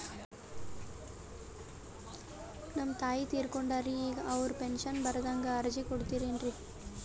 ನಮ್ ತಾಯಿ ತೀರಕೊಂಡಾರ್ರಿ ಈಗ ಅವ್ರ ಪೆಂಶನ್ ಬರಹಂಗ ಅರ್ಜಿ ಕೊಡತೀರೆನು?